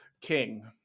king